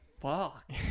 fuck